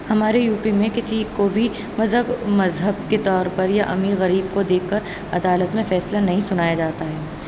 ہمارے U P میں کسی کو بھی مذہب مذہب کے طور پر یا امیر غریب کو دیکھ کر عدالت میں فیصلہ نہیں سُنایا جاتا ہے